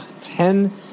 ten